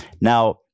Now